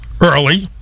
early